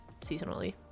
seasonally